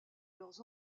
leurs